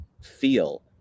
feel